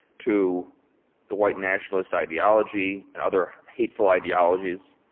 to the white nationalist ideology and other hateful ideologies,